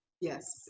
yes